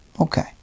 Okay